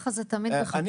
ככה זה תמיד בחקיקה עלי.